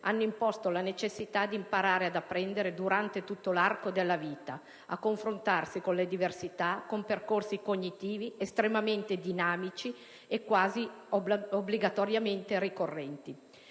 hanno imposto la necessità di imparare ad apprendere durante tutto l'arco della vita, a confrontarsi con le diversità, con percorsi cognitivi estremamente dinamici e quasi obbligatoriamente ricorrenti.